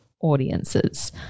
Audiences